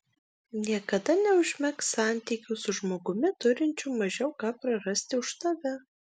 niekada neužmegzk santykių su žmogumi turinčiu mažiau ką prarasti už tave